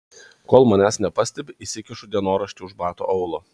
kol manęs nepastebi įsikišu dienoraštį už bato aulo